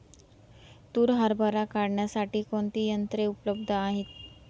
तूर हरभरा काढण्यासाठी कोणती यंत्रे उपलब्ध आहेत?